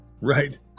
Right